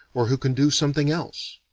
or who can do something else.